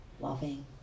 loving